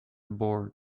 board